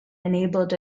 enabled